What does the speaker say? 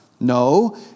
No